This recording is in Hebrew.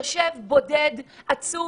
בודד ועצוב.